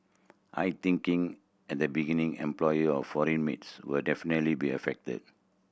I thinking at the beginning employer of foreign maids will definitely be affected